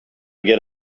get